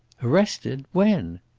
arrested! when?